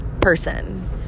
person